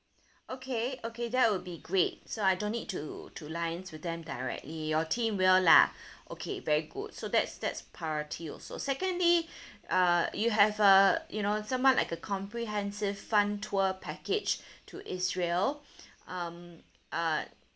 okay okay that will be great so I don't need to to liaise with them directly your team will lah okay very good so that's that's priority also secondly uh you have uh you know somewhat like a comprehensive fun tour package to israel um uh